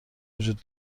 وجود